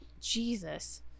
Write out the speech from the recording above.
Jesus